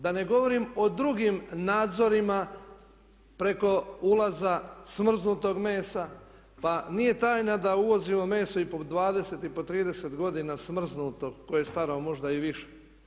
Da ne govorim o drugim nadzorima preko ulaza smrznutog mesa, pa nije tajna da uvozimo meso i po 20 i po 30 godina smrznuto koje je staro možda i više.